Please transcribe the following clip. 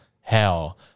hell